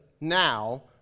now